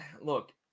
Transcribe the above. look